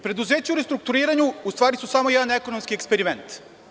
Preduzeća u restrukturiranju u stvari su samo jedan ekonomski eksperiment.